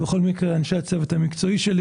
בכל מקרה, אנשי הצוות המקצועי שלי